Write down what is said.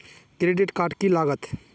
Credit card की लागत?